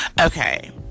Okay